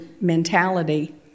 mentality